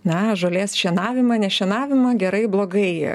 na žolės šienavimą nešienavimą gerai blogai